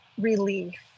relief